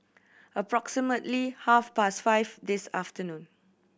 approximately half past five this afternoon